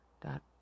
dot